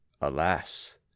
Alas